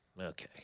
Okay